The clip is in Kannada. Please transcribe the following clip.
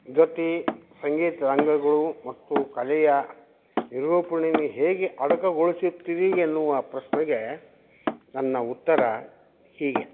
ಗತಿ ಸಂಗೀತ ತರಂಗಗಳು ಮತ್ತು ಕಲೆಯ ನಿರೂಪಣೆಯನ್ನು ಹೇಗೆ ಅಡಕಗೊಳಿಸುತ್ತೀರಿ ಎನ್ನುವ ಪ್ರಶ್ನೆಗೆ ನನ್ನ ಉತ್ತರ ಹೀಗೆ